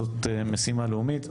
זאת משימה לאומית.